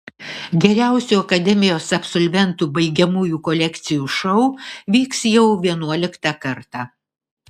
geriausių akademijos absolventų baigiamųjų kolekcijų šou vyks jau vienuoliktą kartą